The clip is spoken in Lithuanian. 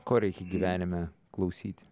ko reikia gyvenime klausyti